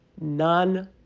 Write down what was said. none